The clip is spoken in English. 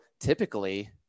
typically